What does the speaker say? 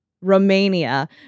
Romania